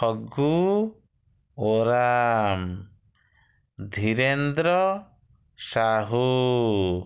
Hagu Oram Dhirendra Sahu